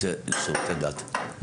לשירותי דת, בבקשה.